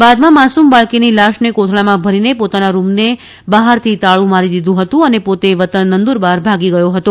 બાદમાં માસુમ બાળકીની લાશને કોથળામાં ભરીને પોતાના રૂમને બહારથી તાળુંમારી દીધું હતું અને પોતે વતન નંદુરબાર ભાગી ગયો હતો